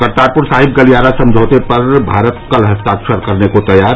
करतारपुर साहिब गलियारा समझौते पर भारत कल हस्ताक्षर करने को तैयार